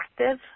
active